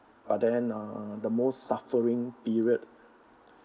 but then uh the most suffering period